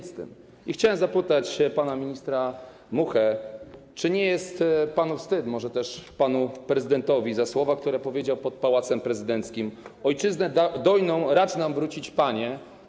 Chciałem zapytać pana ministra Muchę, czy nie jest panu wstyd, może też panu prezydentowi, za słowa, które powiedział pod Pałacem Prezydenckim: Ojczyznę dojną racz nam wrócić, Panie.